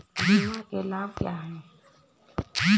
बीमा के लाभ क्या हैं?